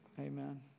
Amen